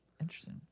Interesting